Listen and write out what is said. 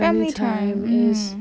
family time mmhmm